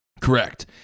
Correct